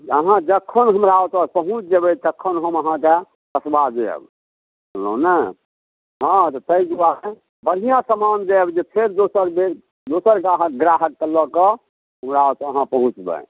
अहाँ जखन हमरा ओतऽ पहुँच जेबै तखन हम अहाँ लए कसबा देब बुझलहुँ ने हँ तैं दुआरे बढ़िआँ समान जहन जे छै दोसर बेर दोसर ग्राहकके लऽ कऽ हमरा ओत अहाँ पहुँचबै